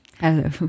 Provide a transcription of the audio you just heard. Hello